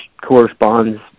corresponds